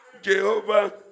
Jehovah